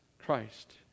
Christ